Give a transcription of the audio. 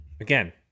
Again